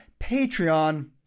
Patreon